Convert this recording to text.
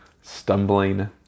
stumbling